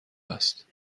است